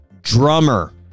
drummer